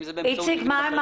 מה עם